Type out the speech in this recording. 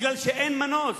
בגלל שאין מנוס.